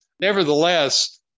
Nevertheless